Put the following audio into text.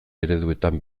ereduetan